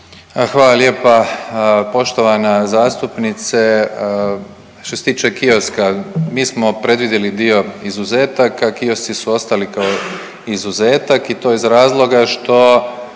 Hvala lijepa poštovana zastupnice. Što se tiče kioska mi smo predvidjeli dio izuzetaka, kiosci su ostali kao izuzetak i to iz razloga što